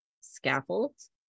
scaffolds